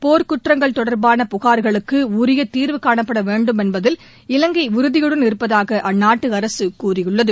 போர்க்குற்றங்கள் தொடர்பான புகார்களுக்கு உரிய தீர்வு காணப்பட வேண்டும் என்பதில் இலங்கை உறுதியுடன் இருப்பதாக அந்நாட்டு அரசு கூறியுள்ளது